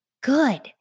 Good